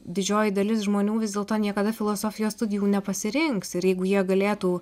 didžioji dalis žmonių vis dėlto niekada filosofijos studijų nepasirinks ir jeigu jie galėtų